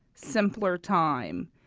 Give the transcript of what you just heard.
simpler time.